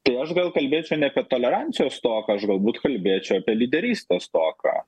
tai aš gal kalbėčiau ne apie tolerancijos stoką aš galbūt kalbėčiau apie lyderystės stoką